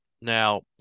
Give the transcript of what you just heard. Now